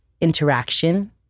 interaction